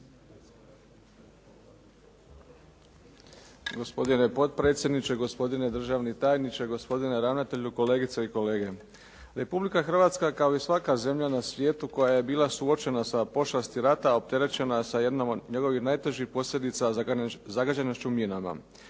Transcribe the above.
Hrvatska kao i svaka zemlja na svijetu koja je bila suočena sa pošasti rada opterećena sa jednom od njegovih najtežih posljedica zagađenošću minama.